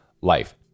life